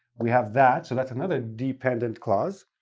we have that so that's another dependent clause.